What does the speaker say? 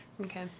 okay